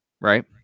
Right